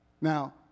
now